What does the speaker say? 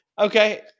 okay